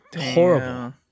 Horrible